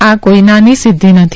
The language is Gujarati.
આ કોઈનાની સિધ્ધી નથી